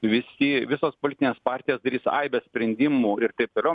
visi visos politinės partijos darys aibes sprendimų ir taip toliau